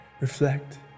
Reflect